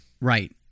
Right